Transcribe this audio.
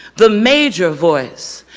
the major voice.